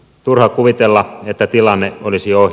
turha kuvitella että tilanne olisi ohi